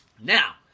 Now